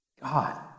God